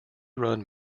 run